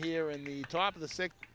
here in the top of the si